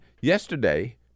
Yesterday